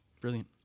brilliant